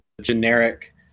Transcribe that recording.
generic